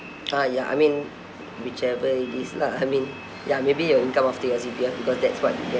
ah ya I mean whichever it is lah I mean ya maybe your income after your C_P_F because that's what we're